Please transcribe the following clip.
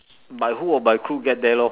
by hook or by crook get there lor